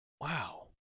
wow